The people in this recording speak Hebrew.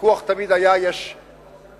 הוויכוח תמיד היה, יש לחתוך,